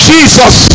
Jesus